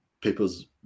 people's